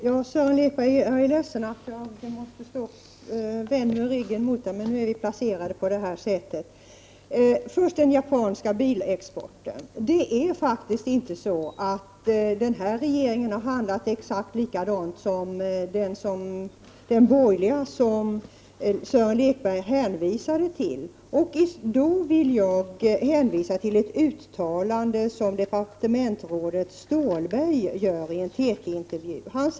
Fru talman! Jag är ledsen att jag måste stå med ryggen vänd mot Sören Lekberg, men nu är vi placerade på det här sättet. När det gäller den japanska bilexporten är det faktiskt inte så, att den här regeringen har handlat exakt likadant som den borgerliga regering som Sören Lekberg hänvisade till. Jag vill hänvisa till ett uttalande som departementsrådet Stålberg gjort i en TT-intervju.